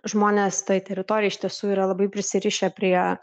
žmonės toj teritorijoj iš tiesų yra labai prisirišę prie